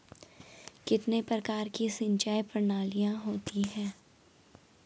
कितने प्रकार की सिंचाई प्रणालियों होती हैं?